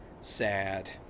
Sad